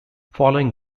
following